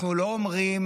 אנחנו לא אומרים,